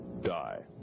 die